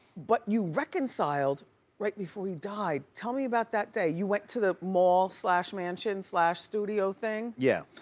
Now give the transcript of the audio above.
but you reconciled right before he died, tell me about that day. you went to the mall slash mansion slash studio thing. yeah,